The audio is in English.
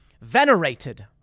venerated